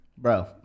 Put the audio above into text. Bro